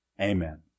Amen